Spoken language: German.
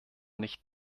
nicht